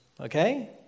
Okay